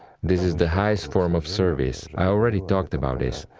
this is the highest form of service, i already talked about this,